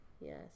Yes